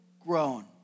grown